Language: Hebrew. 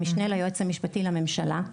המשנה ליועץ המשפטי לממשלה,